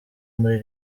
muri